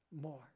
more